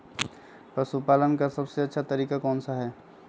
पशु पालन का सबसे अच्छा तरीका कौन सा हैँ?